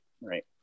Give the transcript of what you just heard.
right